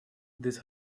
this